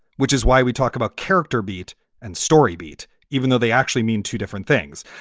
which is why we talk about character beat and story beat, even though they actually mean two different things.